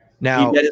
Now